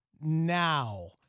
now